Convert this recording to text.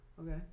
Okay